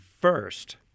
first